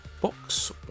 box